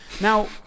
now